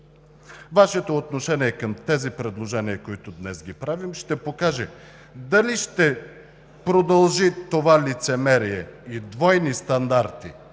Вашето отношение към тези предложения, които днес правим, ще покаже дали ще продължи това лицемерие и двойни стандарти